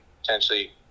potentially